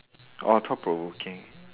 oh thought provoking